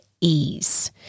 ease